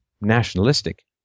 nationalistic